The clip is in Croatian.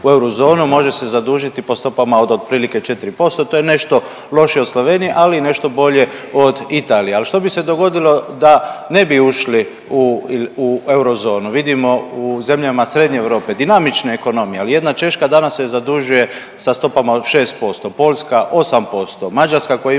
u eurozonu može se zadužiti po stopama od otprilike 4% to je nešto lošije od Sloveniji, ali i nešto bolje od Italije. Ali što bi se dogodilo da ne bi ušli u eurozonu? Vidimo u zemljama Srednje Europe dinamične ekonomije, ali jedna Češka danas se zadužuje sa stopama od 6%, Poljska 8%, Mađarska koja ime